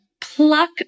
pluck